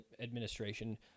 administration